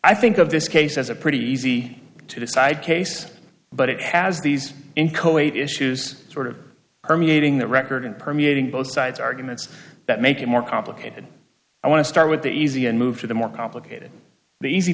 i think of this case as a pretty easy to decide case but it has these in coate issues sort of permeating the record in permeating both sides arguments that make it more complicated i want to start with the easy and move to the more complicated